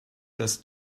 das